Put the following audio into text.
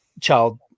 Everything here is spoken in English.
child